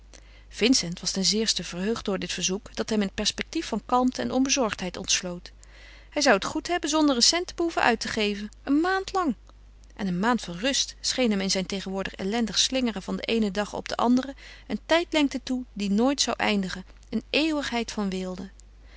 vincent was ten zeerste verheugd door dit verzoek dat hem een perspectief van kalmte en onbezorgdheid ontsloot hij zou het goed hebben zonder een cent te behoeven uit te geven een maand lang en een maand van rust scheen hem in zijn tegenwoordig ellendig slingeren van den eenen dag op den anderen een tijdlengte toe die nooit zou eindigen een eeuwigheid van weelde